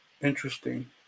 Interesting